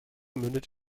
mündet